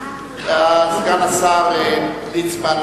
סגן השר יעקב ליצמן,